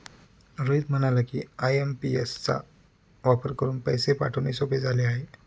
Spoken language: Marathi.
रोहित म्हणाला की, आय.एम.पी.एस चा वापर करून पैसे पाठवणे सोपे झाले आहे